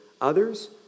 others